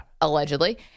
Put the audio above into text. allegedly